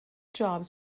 jobs